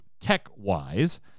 tech-wise